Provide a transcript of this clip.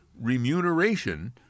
remuneration